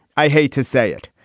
i hate to say it.